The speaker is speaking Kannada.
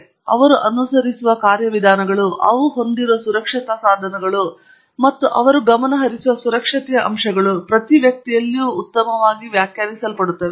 ಆದ್ದರಿಂದ ಅವರು ಅನುಸರಿಸುವ ಕಾರ್ಯವಿಧಾನಗಳು ಅವು ಹೊಂದಿರುವ ಸುರಕ್ಷತಾ ಸಾಧನಗಳು ಮತ್ತು ಅವರು ಗಮನಹರಿಸುವ ಸುರಕ್ಷತೆಯ ಅಂಶಗಳು ಪ್ರತಿ ವ್ಯಕ್ತಿಯಲ್ಲೂ ಉತ್ತಮವಾಗಿ ವ್ಯಾಖ್ಯಾನಿಸಲ್ಪಡುತ್ತವೆ